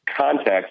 context